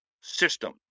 system